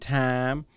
time